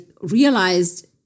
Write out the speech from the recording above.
realized